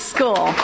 School